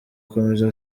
gukomeza